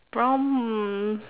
brown um